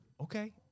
okay